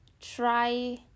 try